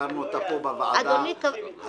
העברנו אותה פה בוועדה הזו.